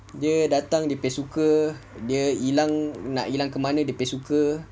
dia datang dia punya suka dia hilang nak hilang ke mana dia punya suka